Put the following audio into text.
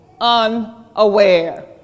unaware